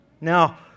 Now